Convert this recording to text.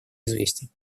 известен